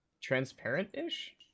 transparent-ish